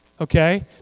okay